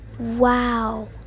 Wow